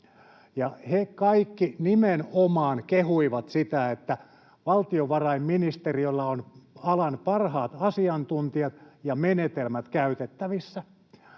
He kaikki nimenomaan kehuivat sitä, että valtiovarainministeriöllä on alan parhaat asiantuntijat ja menetelmät käytettävissä.